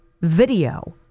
video